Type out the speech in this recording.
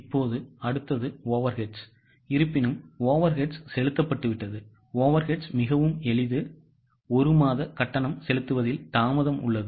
இப்போது அடுத்தது overheadsஇருப்பினும் overheads செலுத்தப்பட்டதுoverheads மிகவும் எளிது ஒரு மாத கட்டணம் செலுத்துவதில் தாமதம் உள்ளது